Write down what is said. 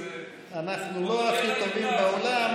אנחנו לא הכי הטובים בעולם,